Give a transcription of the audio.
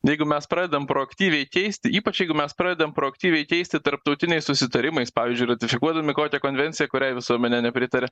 jeigu mes pradedam proaktyviai keisti ypač jeigu mes pradedam proaktyviai keisti tarptautiniais susitarimais pavyzdžiui ratifikuodami kokią konvenciją kuriai visuomenė nepritaria